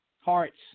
Hearts